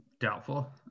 doubtful